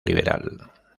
liberal